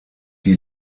die